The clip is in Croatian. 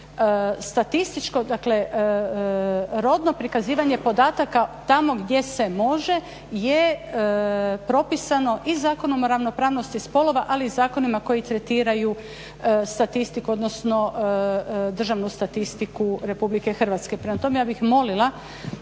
statističko rodno prikazivanje podataka tamo gdje se može je propisano i Zakonom o ravnopravnosti spolova ali i zakonima koji tretiraju statistiku odnosno državnu statistiku RH. Prema tome, ja bih molila